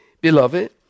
Beloved